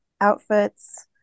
outfits